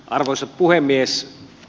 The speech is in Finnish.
arvoisa puhemies